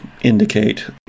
indicate